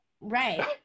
Right